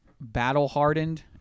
battle-hardened